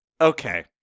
okay